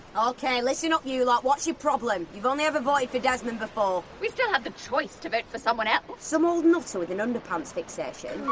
ok, listen up you lot! what's your problem? you only ever voted for desmond before. we still had the choice to vote for someone else! some old nutter with an underpants fixation?